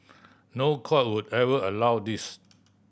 no court would ever allow this